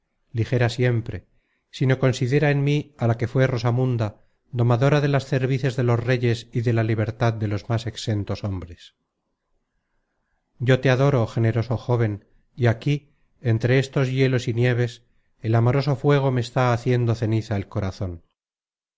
ligera siempre sino considera en mí a la que fué rosamunda domadora de las cervices de los reyes y de la libertad de los más exentos hombres yo te adoro generoso jóven y aquí entre estos hielos y nieves el amoroso fuego me está haciendo ceniza el corazon